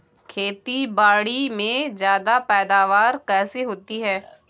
खेतीबाड़ी में ज्यादा पैदावार कैसे होती है?